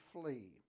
flee